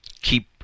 keep